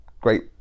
great